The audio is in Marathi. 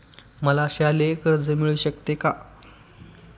मला शालेय कर्ज मिळू शकते का?